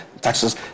taxes